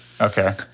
Okay